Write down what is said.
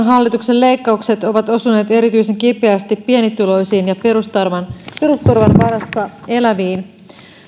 hallituksen leikkaukset ovat osuneet erityisen kipeästi pienituloisiin ja perusturvan perusturvan varassa eläviin